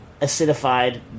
acidified